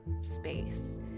space